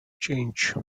change